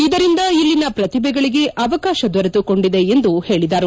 ಇದರಿಂದ ಇಲ್ಲಿನ ಪ್ರತಿಭೆಗಳಗೆ ಅವಕಾಶ ತೆರೆದುಕೊಂಡಿದೆ ಎಂದು ಹೇಳಿದರು